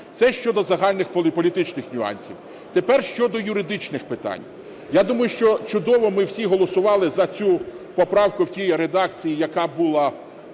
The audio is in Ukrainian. Це щодо загальних політичних нюансів. Тепер щодо юридичних питань. Я думаю, що чудово ми всі голосували за цю поправку в тій редакції, яка була